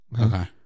Okay